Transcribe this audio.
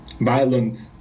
violent